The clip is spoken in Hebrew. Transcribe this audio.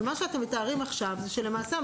אבל מה שאתם מתארים עכשיו זה שלמעשה,